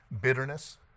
bitterness